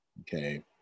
Okay